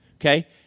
okay